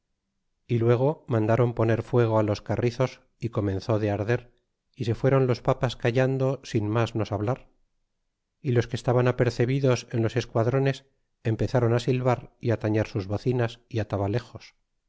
y luego mandaron poner fuego los carrizos y comenzó de arder y se fuéron los papas callando sin mas nos hablar y los que estaban apercebidos en los esquadrones empezaron a silvar y á tañer sus bocinas y